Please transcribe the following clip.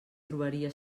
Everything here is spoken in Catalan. trobaria